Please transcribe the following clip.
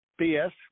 BS